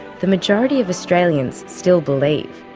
the majority of australians still believe,